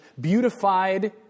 beautified